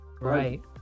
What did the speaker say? Right